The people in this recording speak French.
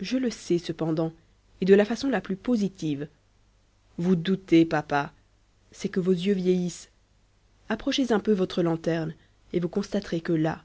je le sais cependant et de la façon la plus positive vous doutez papa c'est que vos yeux vieillissent approchez un peu votre lanterne et vous constaterez que là